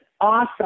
awesome